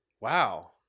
Wow